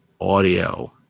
audio